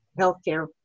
healthcare